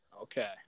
Okay